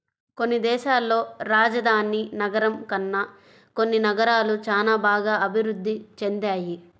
కొన్ని దేశాల్లో రాజధాని నగరం కన్నా కొన్ని నగరాలు చానా బాగా అభిరుద్ధి చెందాయి